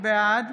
בעד